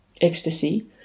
ecstasy